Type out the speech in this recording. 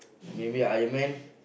maybe Iron-Man